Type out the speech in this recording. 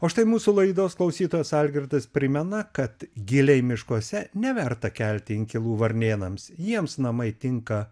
o štai mūsų laidos klausytojas algirdas primena kad giliai miškuose neverta kelti inkilų varnėnams jiems namai tinka